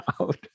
out